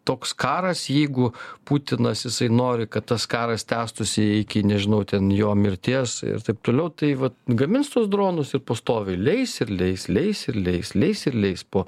toks karas jeigu putinas jisai nori kad tas karas tęstųsi iki nežinau ten jo mirties ir taip toliau tai vat gamins tuos dronus ir pastoviai leis ir leis leis ir leis leis ir leis po